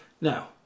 Now